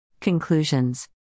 Conclusions